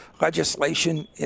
legislation